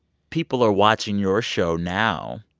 people are watching your show now